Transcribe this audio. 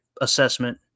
assessment